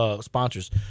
sponsors